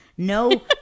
No